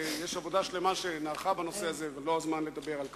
ויש עבודה שלמה שנערכה בנושא הזה ולא זה הזמן לדבר על כך.